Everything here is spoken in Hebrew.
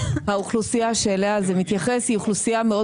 האוכלוסייה שאליה זה מתייחס היא אוכלוסייה מאוד